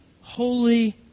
holy